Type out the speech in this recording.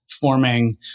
forming